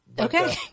Okay